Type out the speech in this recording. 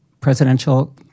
presidential